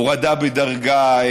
הורדה בדרגה,